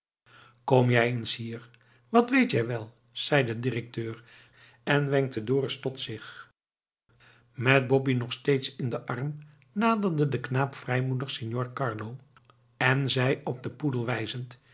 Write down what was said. kom jij eens hier wat weet jij wel zei de directeur en wenkte dorus tot zich met boppie nog steeds in den arm naderde de knaap vrijmoedig signor carlo en zei op den poedel wijzend